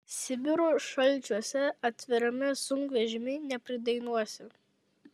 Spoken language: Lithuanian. sibiro šalčiuose atvirame sunkvežimy nepridainuosi